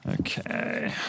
Okay